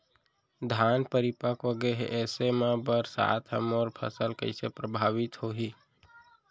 धान परिपक्व गेहे ऐसे म बरसात ह मोर फसल कइसे प्रभावित होही?